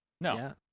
No